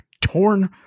Torn